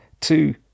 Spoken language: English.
two